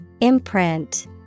Imprint